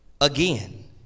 Again